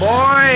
Boy